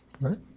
Right